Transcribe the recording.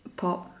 pop